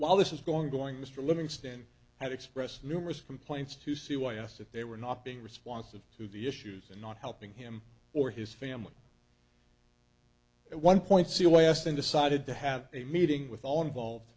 while this is going going mr livingston had expressed numerous complaints to see why i asked if they were not being responsive to the issues and not helping him or his family at one point see why i asked and decided to have a meeting with all involved